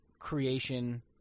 creation